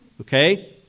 okay